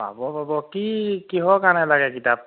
পাব পাব কি কিহৰ কাৰণে লাগে কিতাপ